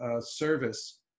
service